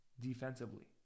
defensively